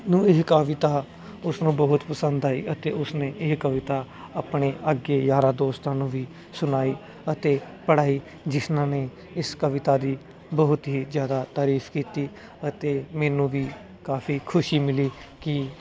ਨੂੰ ਇਹ ਕਾਵਿਤਾ ਉਸਨੂੰ ਬਹੁਤ ਪਸੰਦ ਆਈ ਅਤੇ ਉਸਨੇ ਇਹ ਕਵਿਤਾ ਆਪਣੇ ਅੱਗੇ ਯਾਰਾਂ ਦੋਸਤਾਂ ਨੂੰ ਵੀ ਸੁਣਾਈ ਅਤੇ ਪੜਾਈ ਜਿਸ ਨਾ ਨੇ ਇਸ ਕਵਿਤਾ ਦੀ ਬਹੁਤ ਹੀ ਜਿਆਦਾ ਤਾਰੀਫ ਕੀਤੀ ਅਤੇ ਮੈਨੂੰ ਵੀ ਕਾਫੀ ਖੁਸ਼ੀ ਮਿਲੀ ਕੀ